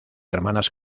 hermanas